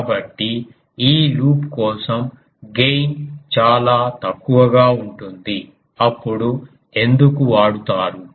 కాబట్టి ఈ లూప్ కోసం గెయిన్ చాలా తక్కువగా ఉంటుంది అప్పుడు ఎందుకు వాడతారు